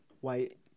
white